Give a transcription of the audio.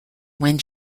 when